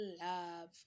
love